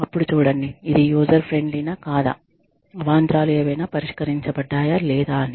అప్పుడు చూడండి ఇది యూజర్ ఫ్రెండ్లీ నా కాదా అవాంతరాలు ఏవైనా పరిష్కరించబడ్డాయ లేదా అని